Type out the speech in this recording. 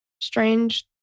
strange